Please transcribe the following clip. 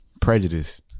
prejudice